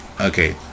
Okay